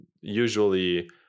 usually